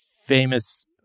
famous